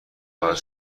خواهد